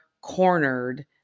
cornered